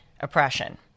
oppression